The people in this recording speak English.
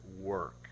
work